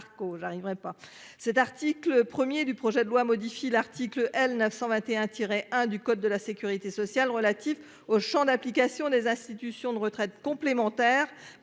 cet article 1er du projet de loi modifie l'article L. 921 tirer 1 du code de la Sécurité sociale relatif au Champ d'application des institutions de retraite complémentaire